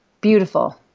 beautiful